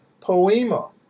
poema